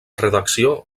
redacció